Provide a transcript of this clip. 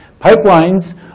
Pipelines